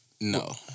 No